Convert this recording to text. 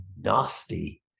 nasty